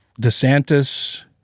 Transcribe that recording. DeSantis